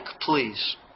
please